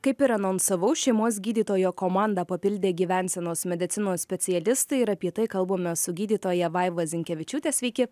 kaip ir anonsavau šeimos gydytojo komandą papildė gyvensenos medicinos specialistai ir apie tai kalbame su gydytoja vaiva zinkevičiūte sveiki